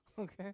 Okay